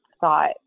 thought